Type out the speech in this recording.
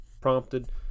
prompted